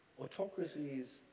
Autocracies